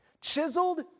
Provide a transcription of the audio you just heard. chiseled